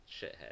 shithead